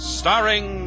starring